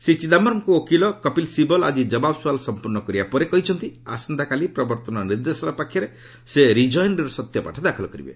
ଶ୍ରୀ ଚିଦାୟରମଙ୍କ ଓକିଲ କପିଲ ଶିବଲ ଆଜି ଜବାବ ସୁଆଲ ସମ୍ପର୍ଷ୍ଣ କରିବା ପରେ କହିଛନ୍ତି ଆସନ୍ତାକାଲି ପ୍ରବର୍ତ୍ତନ ନିର୍ଦ୍ଦେଶାଳୟ ପାଖରେ ସେ ରିଜଏଣ୍ଡର ସତ୍ୟପାଠ ଦାଖଲ କରିବେ